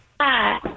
Hi